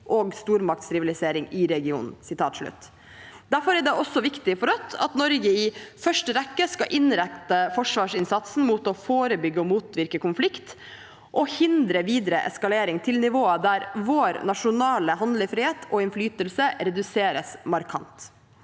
og stormaktsrivalisering i regionen.» Derfor er det også viktig for Rødt at Norge i første rekke skal innrette forsvarsinnsatsen mot å forebygge og motvirke konflikt og hindre videre eskalering til nivåer der vår nasjonale handlefrihet og innflytelse reduseres markant.